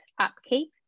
upkeep